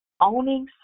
Owning